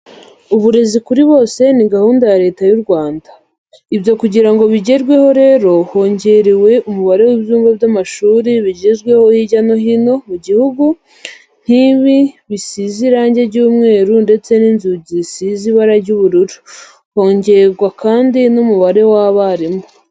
Uburezi kuri bose ni gahunda ya Leta yu Rwanda. Ibyo kugira ngo bigerweho rero hongerewe umubare w'ibyumba by'amashuri bigezweho hirya no hino mu gihugu, nk'ibi bisize irangi ry'umweru ndetse n'inzugi zisize ibara ry'ubururu, hongerwa kandi n'umubare w'abarimu.